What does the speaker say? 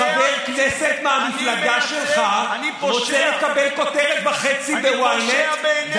שחבר כנסת מהמפלגה שלך רוצה לקבל כותרת וחצי ב-ynet,